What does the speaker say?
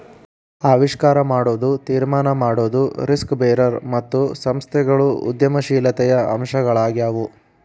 ಆವಿಷ್ಕಾರ ಮಾಡೊದು, ತೀರ್ಮಾನ ಮಾಡೊದು, ರಿಸ್ಕ್ ಬೇರರ್ ಮತ್ತು ಸಂಸ್ಥೆಗಳು ಉದ್ಯಮಶೇಲತೆಯ ಅಂಶಗಳಾಗ್ಯಾವು